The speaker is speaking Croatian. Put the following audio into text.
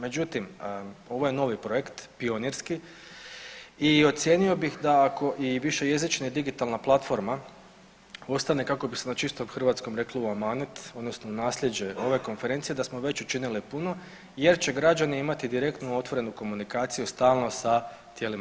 Međutim, ovo je novi projekt pionirski i ocijenio bih da ako više jezična i digitalna platforma ostane kako bi se na čistom hrvatskom rekli u amanet odnosno nasljeđe ove konferencije da smo već učinili puno jer će građani imati direktnu otvorenu komunikaciju stalno sa tijelima